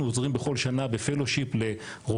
אנחנו עוזרים בכל שנה בפלושיפ לרופאים